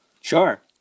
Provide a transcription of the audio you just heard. Sure